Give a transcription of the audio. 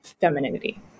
femininity